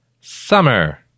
Summer